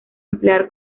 emplear